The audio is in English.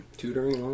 tutoring